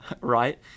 right